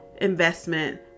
investment